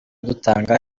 dutanga